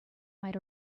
might